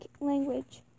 language